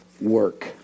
work